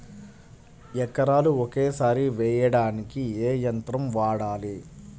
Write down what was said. ఎకరాలు ఒకేసారి వేయడానికి ఏ యంత్రం వాడాలి?